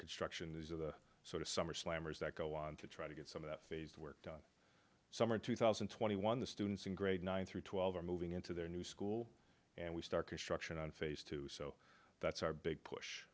construction these are the sort of summer slammers that go on to try to get some of that phase work done summer two thousand and twenty one the students in grade nine through twelve are moving into their new school and we start construction on phase two so that's our big push